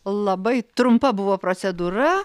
labai trumpa buvo procedūra